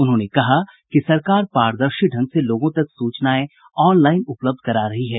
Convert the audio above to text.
उन्होंने कहा कि सरकार पारदर्शी ढंग से लोगों तक सूचनाएं ऑन लाइन उपलब्ध करा रही है